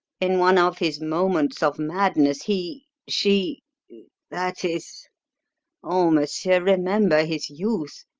in one of his moments of madness he she that is oh, monsieur, remember his youth!